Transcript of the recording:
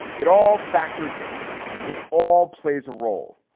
it all factors in it all plays a role.